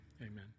Amen